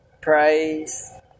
praise